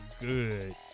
good